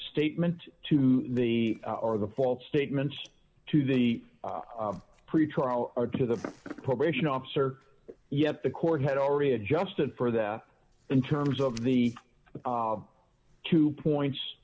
statement to me or the false statements to the pretrial or to the probation officer yet the court had already adjusted for that in terms of the two points